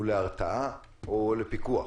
להרתעה או לפיקוח?